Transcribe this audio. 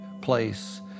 place